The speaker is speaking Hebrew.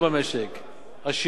עשירים, על כולם.